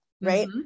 right